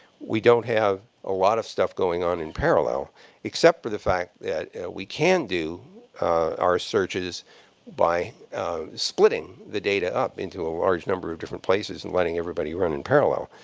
we don't have a lot of stuff going on in parallel except for the fact that we can do our searches by splitting the data up into a large number of different places and letting everybody run in parallel.